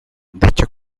dicha